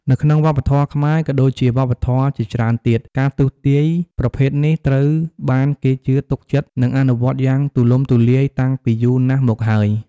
នៅក្នុងវប្បធម៌ខ្មែរ ក៏ដូចជាវប្បធម៌ជាច្រើនទៀត ការទស្សន៍ទាយប្រភេទនេះត្រូវបានគេជឿទុកចិត្ត និងអនុវត្តយ៉ាងទូលំទូលាយតាំងពីយូរណាស់មកហើយ។